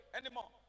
anymore